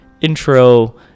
intro